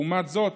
לעומת זאת,